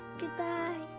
goodbye.